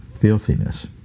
filthiness